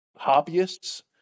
hobbyists